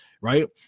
Right